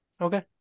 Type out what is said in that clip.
Okay